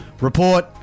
Report